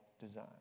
design